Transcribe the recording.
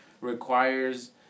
requires